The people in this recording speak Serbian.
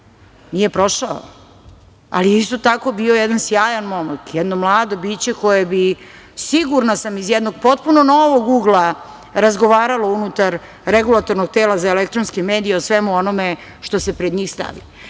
nije prošao, ali isto tako bio jedan sjajan momak, jedno mlado biće koje bi sigurna sam iz jednog potpuno novog ugla razgovaralo unutar Regulatornog tela za elektronske medije o svemu onome što se pred njih stavi. Tako